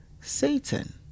Satan